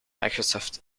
microsoft